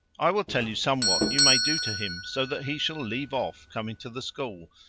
i will tell you somewhat you may do to him so that he shall leave off coming to the school,